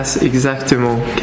exactement